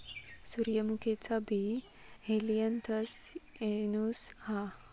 सूर्यमुखीचा बी Helianthus annuus हा